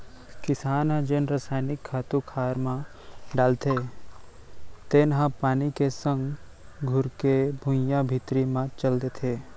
किसान ह जेन रसायनिक खातू खार म डारथे तेन ह पानी के संग घुरके भुइयां भीतरी म चल देथे